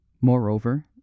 Moreover